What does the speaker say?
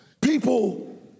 People